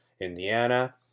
Indiana